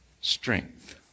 strength